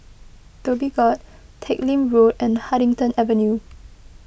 Dhoby Ghaut Teck Lim Road and Huddington Avenue